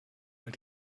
weil